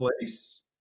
place